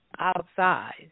outside